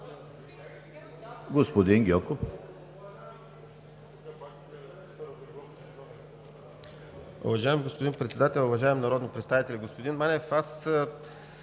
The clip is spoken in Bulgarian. Господин Гьоков.